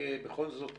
תנכה בכל זאת